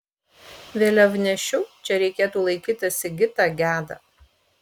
vėliavnešiu čia reikėtų laikyti sigitą gedą